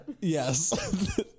Yes